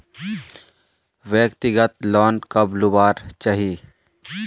व्यक्तिगत लोन कब लुबार चही?